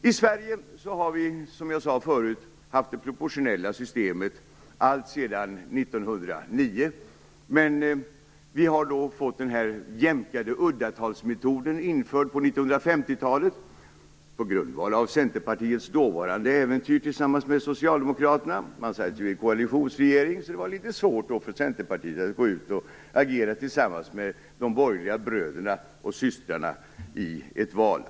I Sverige har vi, som jag förut sade, haft det proportionella systemet alltsedan 1909, men vi har fått den jämkade uddatalsmetoden införd på 1950-talet på grundval av centerpartisternas föregångares dåvarande äventyr tillsammans med Socialdemokraterna. De satt ju i koalitionsregering, så det var då litet svårt för dem att gå ut och agera tillsammans med de borgerliga bröderna och systrarna i ett val.